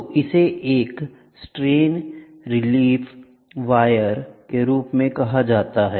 तो इसे एक स्ट्रेन रिलीफ वायर के रूप में कहा जाता है